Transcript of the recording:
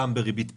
גם בריבית פריים,